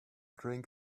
drink